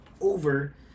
over